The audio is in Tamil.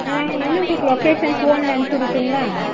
நாங்கள் வந்து உங்களுக்கு லொக்கேஷன் ஃபோனில் அமுச்சு விடட்டுங்களா